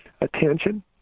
Attention